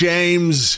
James